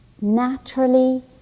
naturally